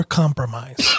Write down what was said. compromise